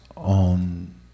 on